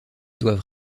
doivent